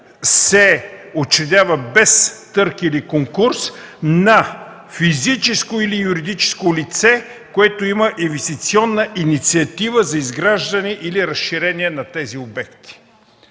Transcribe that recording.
се учредява без търг или конкурс в полза на физическо или юридическо лице, което има инвестиционна инициатива за изграждане или разширение на тези обекти”.